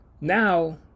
now